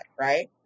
right